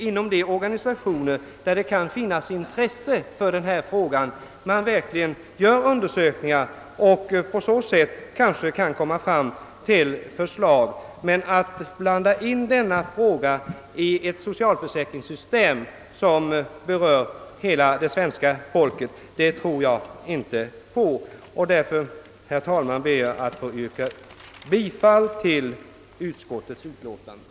Inom de organisationer där det kan finnas intresse för denna fråga skulle man verkligen kunna göra undersökningar och kanske utarbeta förslag. Men jag tror inte att man skall blanda in denna sak i ett socialförsäkringssystem som berör hela det svenska folket. Därför, herr talman, ber jag att få yrka bifall till utskottets hemställan.